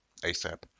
ASAP